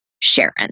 Sharon